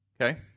Okay